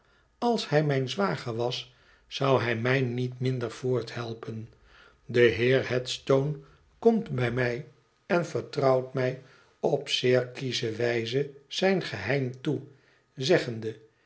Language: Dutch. ais hij mijn zwager was zou hij mij met minder voorthelpen de heer headstone komt bij mij en vertrouwt mij op zeer kiesche wijze zijn geheim toe zeggende